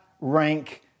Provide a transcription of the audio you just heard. rank